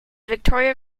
victoria